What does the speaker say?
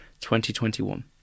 2021